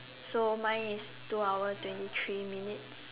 so mine is two hour twenty three minutes